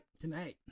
tonight